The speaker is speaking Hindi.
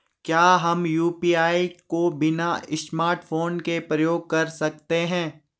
क्या हम यु.पी.आई को बिना स्मार्टफ़ोन के प्रयोग कर सकते हैं?